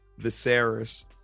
Viserys